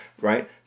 right